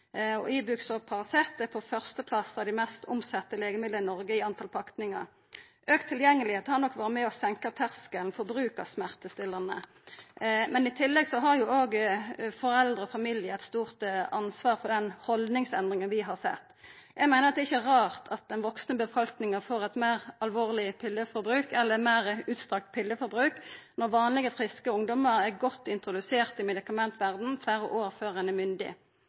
er på førsteplass av dei mest selde legemidla i Noreg, målt i talet på pakningar. Auka tilgjengelegheit har nok vore med og senka terskelen for bruk av smertestillande. I tillegg har òg foreldre og familie eit stort ansvar for den haldningsendringa vi har sett. Det ikkje er rart at den vaksne befolkninga får eit meir utstrekt pilleforbruk når vanlege, friske ungdomar er godt introduserte i medikamentverda fleire år før dei er